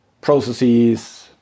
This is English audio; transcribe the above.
processes